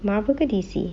Marvel ke D_C